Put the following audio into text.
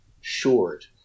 short